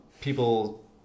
People